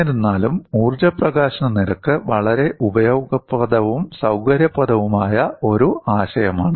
എന്നിരുന്നാലും ഊർജ്ജ പ്രകാശന നിരക്ക് വളരെ ഉപയോഗപ്രദവും സൌകര്യപ്രദവുമായ ഒരു ആശയമാണ്